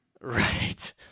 Right